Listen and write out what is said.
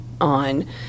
on